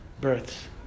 births